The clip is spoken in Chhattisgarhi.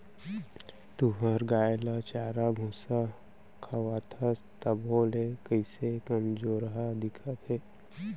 तुंहर गाय ल चारा भूसा खवाथस तभो ले कइसे कमजोरहा दिखत हे?